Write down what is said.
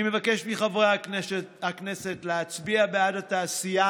אני מבקש מחברי הכנסת להצביע בעד התעשייה